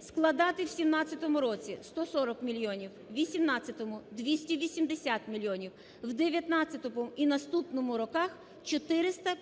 складатиме в 2017 році 140 мільйонів, у 2018-у – 280 мільйонів, в 2019-у і наступному роках 420